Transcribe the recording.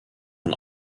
von